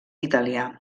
italià